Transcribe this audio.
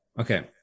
Okay